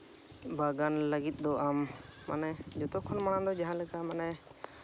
ᱵᱟᱜᱟᱱ ᱞᱟᱹᱜᱤᱫ ᱫᱚ ᱟᱢ ᱢᱟᱱᱮ ᱡᱚᱛᱚ ᱠᱷᱚᱱ ᱟᱢ ᱢᱟᱲᱟᱝ ᱫᱚ ᱡᱟᱦᱟᱸ ᱞᱮᱠᱟ ᱢᱟᱱᱮ